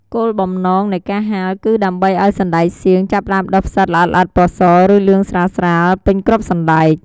គោលបំណងនៃការហាល គឺដើម្បីឱ្យសណ្ដែកសៀងចាប់ផ្ដើមដុះផ្សិតល្អិតៗពណ៌ស ឬលឿងស្រាលៗពេញគ្រាប់សណ្ដែក។